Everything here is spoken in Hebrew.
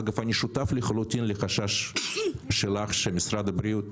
אגב המשותף לחשש שלך שמשרד הבריאות